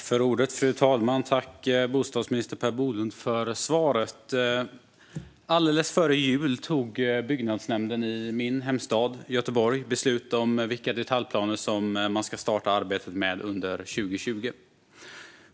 Fru talman! Tack för svaret, bostadsminister Per Bolund! Alldeles före jul tog byggnadsnämnden i min hemstad Göteborg beslut om vilka detaljplaner man ska börja arbeta med under 2020.